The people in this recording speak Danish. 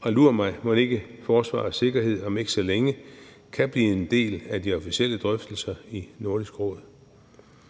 Og lur mig, om ikke forsvar og sikkerhed om ikke så længe kan blive en del af de officielle drøftelser i Nordisk Råd.